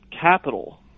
Capital